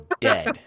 dead